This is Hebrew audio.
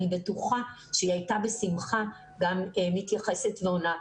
אני בטוחה שהיא הייתה בשמחה גם מתייחסת ועונה.